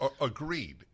Agreed